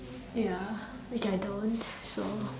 ya which I don't so